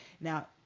Now